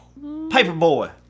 Paperboy